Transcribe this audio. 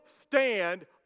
stand